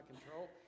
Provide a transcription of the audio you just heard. control